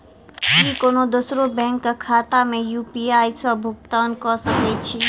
की कोनो दोसरो बैंक कऽ खाता मे यु.पी.आई सऽ भुगतान कऽ सकय छी?